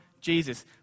Jesus